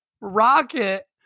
rocket